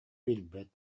билбэт